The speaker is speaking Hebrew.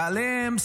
ועליהן,